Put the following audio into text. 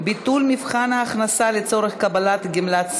ביטול מבחן ההכנסה לצורך קבלת גמלת סיעוד),